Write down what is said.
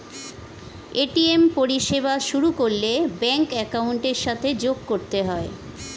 ATM পরিষেবা শুরু করলে ব্যাঙ্ক অ্যাকাউন্টের সাথে যোগ করতে হয়